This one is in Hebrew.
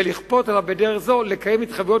ולכפות עליה בדרך זו לקיים התחייבויות